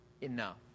enough